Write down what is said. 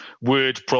word